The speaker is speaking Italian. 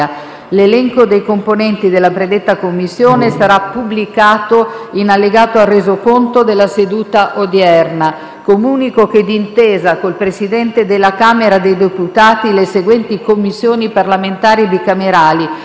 sull'anagrafe tributaria; ore 14,00, Commissione parlamentare per le questioni regionali e Commissione parlamentare di controllo sull'attività degli enti gestori di forme obbligatorie di previdenza e assistenza sociale.